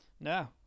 No